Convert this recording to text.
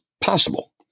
possible